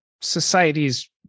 society's